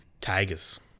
Tigers